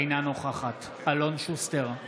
אינה נוכחת אלון שוסטר,